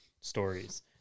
stories